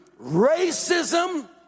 racism